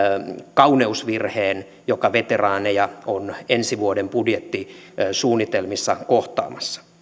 kauneusvirheen joka veteraaneja on ensi vuoden budjettisuunnitelmissa kohtaamassa